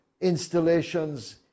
installations